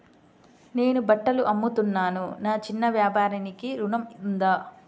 నేను బట్టలు అమ్ముతున్నాను, నా చిన్న వ్యాపారానికి ఋణం ఉందా?